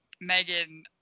Megan